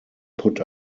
put